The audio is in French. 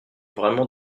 vraiment